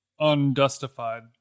undustified